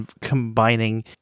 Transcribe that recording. combining